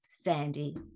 sandy